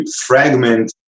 fragment